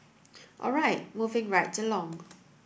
all right moving right along